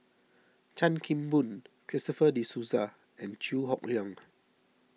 Chan Kim Boon Christopher De Souza and Chew Hock Leong